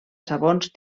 sabons